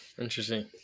interesting